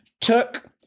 took